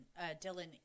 Dylan